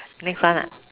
next one ah